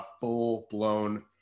full-blown